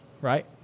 right